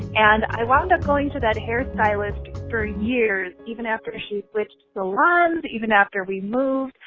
and i wound up going to that hair stylist for years, even after she switched salons, even after we moved.